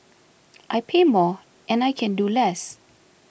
I pay more and I can do less